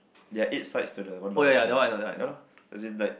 they are eight sides to the one dollar coin ya lor is it right